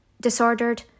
disordered